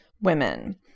Women